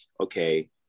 okay